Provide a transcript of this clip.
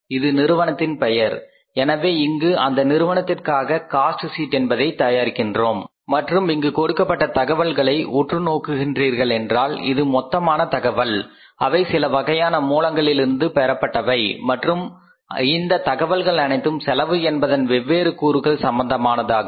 இது நிறுவனத்தின் பெயர் எனவே இங்கு அந்த நிறுவனத்திற்காக காஸ்ட் ஷீட் என்பதை தயாரிக்கிறோம் மற்றும் இங்கு கொடுக்கப்பட்ட தகவல்களை உற்று நோக்குகிறீர்களென்றால் இது மொத்தமான தகவல் அவை சிலவகையான மூலங்களிலிருந்து பெறப்பட்டவை மற்றும் இந்த தகவல்கள் அனைத்தும் செலவு என்பதன் வெவ்வேறு கூறுகள் சம்பந்தமானதாகும்